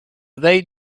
veille